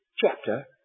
chapter